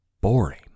boring